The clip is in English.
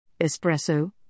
espresso